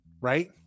right